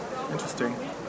interesting